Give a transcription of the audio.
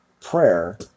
prayer